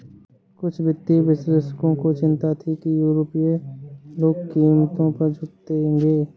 कुछ वित्तीय विश्लेषकों को चिंता थी कि यूरोपीय लोग कीमतों पर झुकेंगे